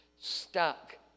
stuck